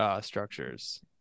structures